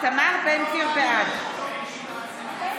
פסק זמן.